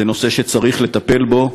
זה נושא שצריך לטפל בו,